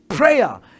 Prayer